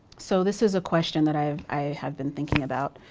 so, this is a question that i i have been thinking about.